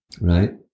right